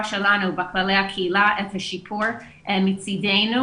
שלנו בכללי הקהילה את השיפור מצדנו,